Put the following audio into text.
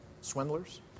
Swindlers